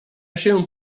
się